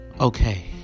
okay